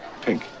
Pink